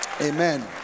Amen